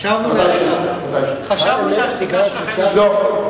חשבנו שהשתיקה שלכם, לא.